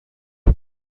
you